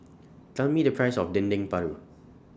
Tell Me The Price of Dendeng Paru